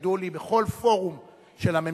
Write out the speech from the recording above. כי עד כמה שידוע לי בכל פורום של הממשלה,